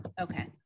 Okay